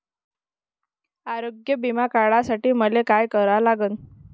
आरोग्य बिमा काढासाठी मले काय करा लागन?